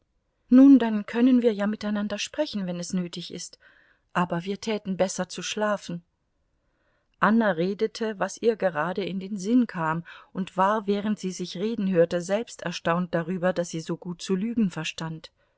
nun dann können wir ja miteinander sprechen wenn es nötig ist aber wir täten besser zu schlafen anna redete was ihr gerade in den sinn kam und war während sie sich reden hörte selbst erstaunt darüber daß sie so gut zu lügen verstand